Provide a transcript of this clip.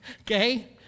okay